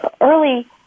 early